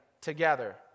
together